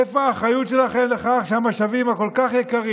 איפה האחריות שלכם לכך שהמשאבים הכל-כך יקרים